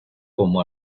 como